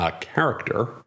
character